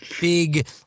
big